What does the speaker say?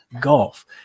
golf